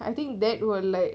I think that will like